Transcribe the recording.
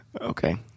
Okay